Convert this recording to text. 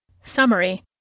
Summary